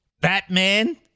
Batman